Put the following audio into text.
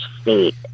state